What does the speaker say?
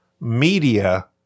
media